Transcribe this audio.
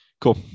Cool